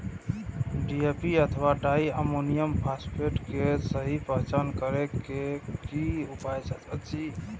DAP अथवा di ammonium phosphate के सहि पहचान करे के कि उपाय अछि?